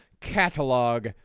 catalog